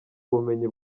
bumenyi